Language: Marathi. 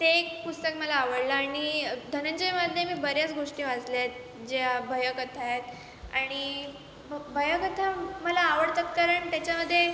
ते एक पुस्तक मला आवडलं आणि धनंजयमधले मी बऱ्याच गोष्टी वाचल्या आहेत ज्या भयकथा आहेत आणि भयकथा मला आवडतात कारण त्याच्यामध्ये